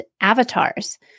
avatars